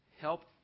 help